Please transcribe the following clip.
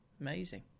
Amazing